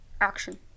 action